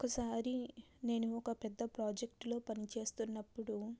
ఒకసారి నేను ఒక పెద్ద ప్రాజెక్ట్లో పని చేస్తున్నప్పుడు